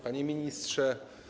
Panie Ministrze!